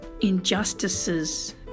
injustices